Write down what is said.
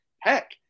Heck